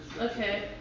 Okay